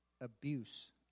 abuse